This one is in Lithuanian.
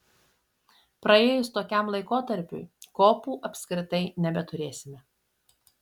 praėjus tokiam laikotarpiui kopų apskritai nebeturėsime